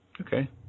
Okay